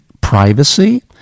privacy